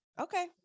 okay